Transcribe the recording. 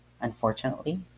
unfortunately